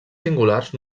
singulars